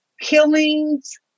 killings